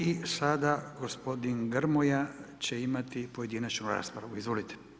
I sada gospodin Grmoja će imati pojedinačnu raspravu, izvolite.